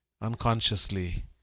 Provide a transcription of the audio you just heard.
unconsciously